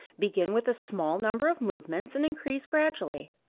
begin with a small number of movements and increase gradually.